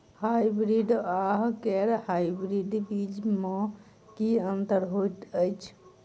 Hybrids आ गैर hybrids बीज म की अंतर होइ अछि?